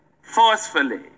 forcefully